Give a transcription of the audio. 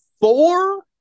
four